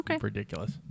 ridiculous